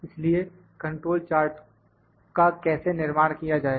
इसलिए control chart का कैसे निर्माण किया जाए